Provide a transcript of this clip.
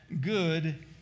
good